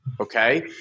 Okay